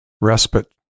respite